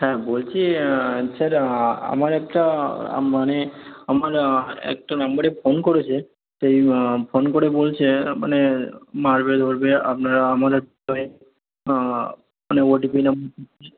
sir হ্যাঁ বলছি sir আমার একটা মানে আমার একটা নম্বরে ফোন করেছে তেই ফোন করে বলছে মানে মারবে ধরবে আপনারা আমাদের ওই মানে ওটিপি